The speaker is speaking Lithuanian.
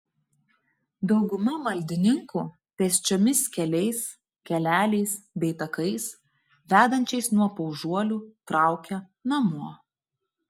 dauguma maldininkų pėsčiomis keliais keleliais bei takais vedančiais nuo paužuolių traukia namo